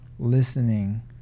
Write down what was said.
listening